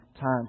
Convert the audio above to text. time